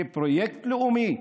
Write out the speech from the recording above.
כפרויקט לאומי,